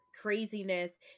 craziness